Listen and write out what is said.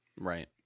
Right